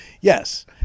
Yes